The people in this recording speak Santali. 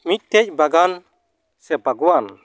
ᱢᱤᱫᱴᱮᱡ ᱵᱟᱜᱟᱱ ᱥᱮ ᱵᱟᱜᱽᱣᱟᱱ